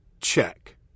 Check